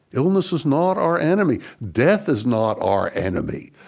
illness is not our enemy. death is not our enemy.